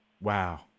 Wow